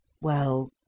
Well